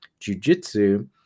jujitsu